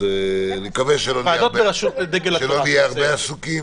אני מקווה שלא נהיה הרבה עסוקים,